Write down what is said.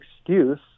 excuse